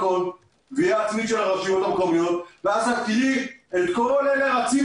גבייה עצמית של הרשויות המקומיות ואז תראי את כל אלה רצים